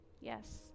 Yes